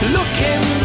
Looking